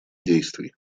действий